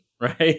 right